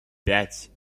пять